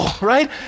right